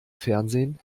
fernsehen